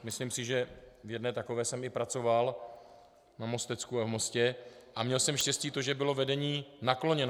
Myslím si, že v jedné takové jsem i pracoval na Mostecku a v Mostě a měl jsem štěstí to, že bylo vedení nakloněno.